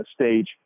stage